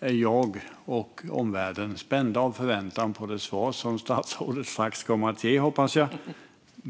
är jag och omvärlden spända av förväntan på det svar som statsrådet förhoppningsvis strax kommer att ge.